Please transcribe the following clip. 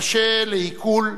קשה לעיכול,